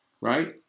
right